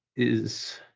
is